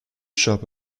shop